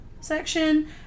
Section